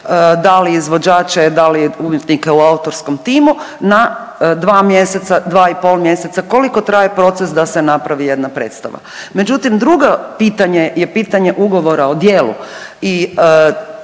da li izvođače, da li umjetnike u autorskom timu na dva mjeseca, dva i pol mjeseca koliko traje proces da se napravi jedna predstava. Međutim, drugo pitanje je pitanje ugovora o djelu